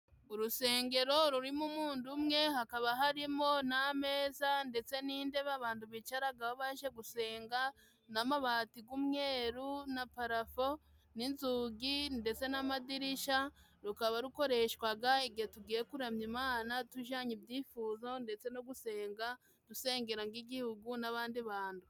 Urusengero rurimo umundu umwe, hakaba harimo n'ameza ndetse nindebe abantu bicaragaho baje gusenga, n'amabati g'umweru na parafo n'inzugi ndetse n'amadirishya, rukaba rukoreshwaga igihe tugiye kuramya Imana tujanye ibyifuzo ndetse no gusenga dusengera nk'igihugu n'abandi bantu.